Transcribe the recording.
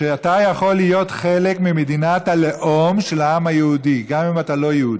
שאתה יכול להיות חלק ממדינת הלאום של העם היהודי גם אם אתה לא יהודי.